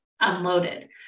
unloaded